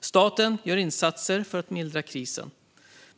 Staten gör insatser för att mildra krisen.